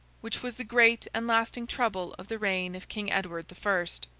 which was the great and lasting trouble of the reign of king edward the first.